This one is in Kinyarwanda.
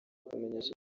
kumenyesha